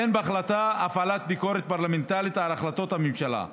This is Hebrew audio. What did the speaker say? אין בהחלטה הפעלת ביקורת פרלמנטרית על החלטות הממשלה.